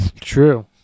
True